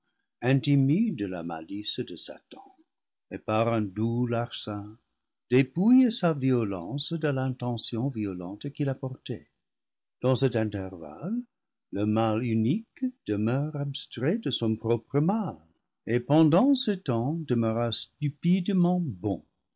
intimident la malice de satan et par un doux larcin dépouillent sa violence de l'intention violente qu'il apportait dans cet intervalle le mal unique demeure abstrait de son propre mal et pendant ce temps demeura stupidement bon